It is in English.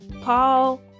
Paul